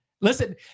listen